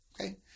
Okay